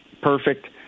perfect